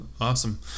Awesome